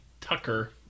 Tucker